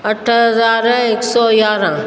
अठ हज़ार हिकु सौ यारहं